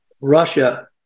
Russia